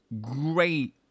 great